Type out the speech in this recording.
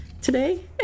today